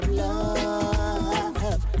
love